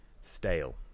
stale